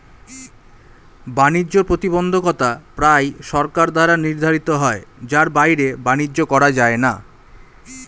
বাণিজ্য প্রতিবন্ধকতা প্রায়ই সরকার দ্বারা নির্ধারিত হয় যার বাইরে বাণিজ্য করা যায় না